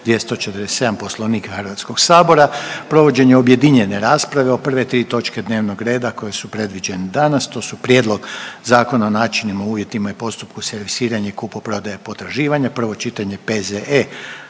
247. Poslovnika Hrvatskog sabora provođenje objedinjene rasprave o prve tri točke dnevnog reda koje su predviđene danas tu su: - Prijedlog Zakona o načinu, uvjetima i postupku servisiranja i kupoprodaja potraživanja, prvo čitanje,